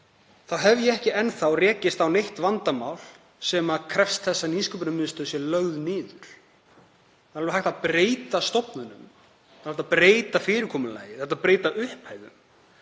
þá hef ég ekki enn þá rekist á neitt vandamál sem krefst þess að Nýsköpunarmiðstöð sé lögð niður. Það er alveg hægt að breyta stofnunum, það er hægt að breyta fyrirkomulagi, það er hægt að breyta upphæðum.